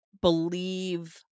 believe